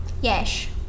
Yes